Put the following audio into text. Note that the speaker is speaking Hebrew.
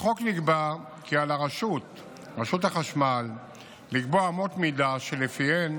בחוק נקבע כי על רשות החשמל לקבוע אמות מידה שלפיהן